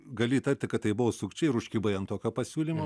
gali įtarti kad tai buvo sukčiai ir užkibai ant tokio pasiūlymo